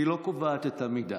היא לא קובעת את המידה.